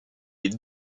est